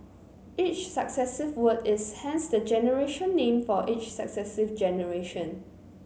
each successive word is hence the generation name for each successive generation